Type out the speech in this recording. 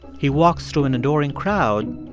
he walks through an adoring crowd,